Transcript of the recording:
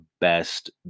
best